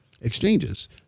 exchanges